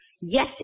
yes